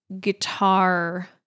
guitar